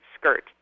skirt